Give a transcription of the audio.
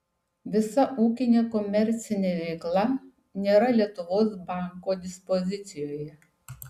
visa ūkinė komercinė veikla nėra lietuvos banko dispozicijoje